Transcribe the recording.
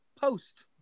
post